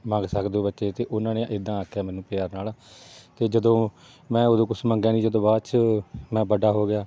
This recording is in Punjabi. ਮੰਗ ਸਕਦੇ ਹੋ ਬੱਚੇ ਅਤੇ ਉਹਨਾਂ ਨੇ ਇੱਦਾਂ ਆਖਿਆ ਮੈਨੂੰ ਪਿਆਰ ਨਾਲ ਅਤੇ ਜਦੋਂ ਮੈਂ ਉਦੋਂ ਕੁਝ ਮੰਗਿਆ ਨਹੀਂ ਜਦੋਂ ਬਾਅਦ 'ਚ ਮੈਂ ਵੱਡਾ ਹੋ ਗਿਆ